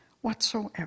whatsoever